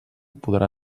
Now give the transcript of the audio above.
podrà